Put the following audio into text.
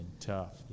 Tough